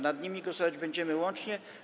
Nad nimi głosować będziemy łącznie.